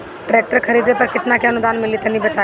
Tractor खरीदे पर कितना के अनुदान मिली तनि बताई?